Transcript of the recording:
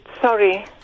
sorry